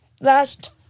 last